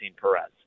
Perez